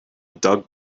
doug